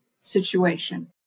situation